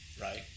right